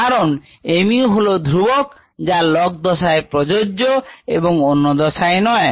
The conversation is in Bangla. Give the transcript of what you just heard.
কারণ mu হলো ধ্রুবক যা log দশায় প্রযোজ্য এবং অন্য দশায় নয়